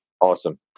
awesome